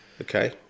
Okay